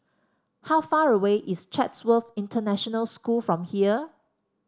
how far away is Chatsworth International School from here